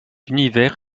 univers